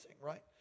right